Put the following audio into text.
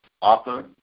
author